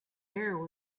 air